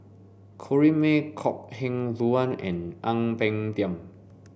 Corrinne May Kok Heng Leun and Ang Peng Tiam